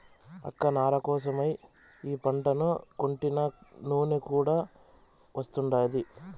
అక్క నార కోసరమై ఈ పంటను కొంటినా నూనె కూడా వస్తాండాది